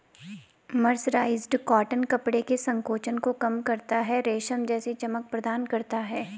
mercerised cotton कपड़े के संकोचन को कम करता है, रेशम जैसी चमक प्रदान करता है